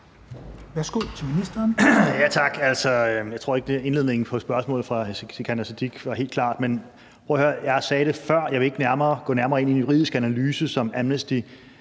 Værsgo til ministeren.